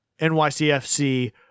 NYCFC